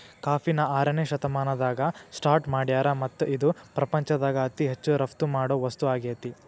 ಕಾಫಿನ ಆರನೇ ಶತಮಾನದಾಗ ಸ್ಟಾರ್ಟ್ ಮಾಡ್ಯಾರ್ ಮತ್ತ ಇದು ಪ್ರಪಂಚದಾಗ ಅತಿ ಹೆಚ್ಚು ರಫ್ತು ಮಾಡೋ ವಸ್ತು ಆಗೇತಿ